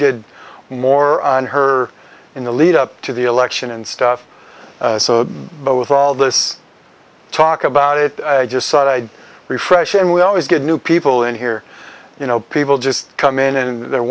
did more on her in the lead up to the election and stuff but with all this talk about it i just thought i'd refresh and we always get new people in here you know people just come in and they're